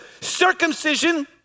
circumcision